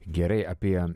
gerai apie